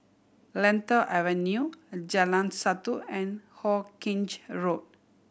Lentor Avenue Jalan Satu and Hawkinge Road